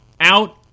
out